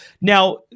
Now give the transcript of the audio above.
Now